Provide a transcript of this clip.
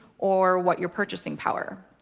or what your purchasing power.